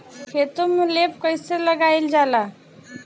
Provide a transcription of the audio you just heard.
खेतो में लेप कईसे लगाई ल जाला?